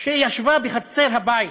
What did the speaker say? ישבה בחצר הבית,